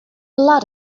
lot